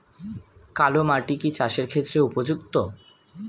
কালো মাটি কি চাষের ক্ষেত্রে উপযুক্ত?